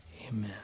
Amen